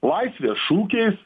laisvės šūkiais